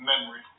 memory